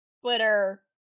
Twitter